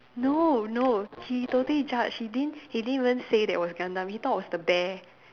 no no he totally judged he didn't he didn't even say that was Gundam he thought was the bear